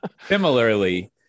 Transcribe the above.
similarly